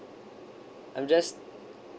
I'm just